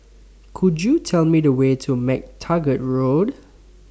Could YOU Tell Me The Way to MacTaggart Road